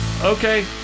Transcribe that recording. Okay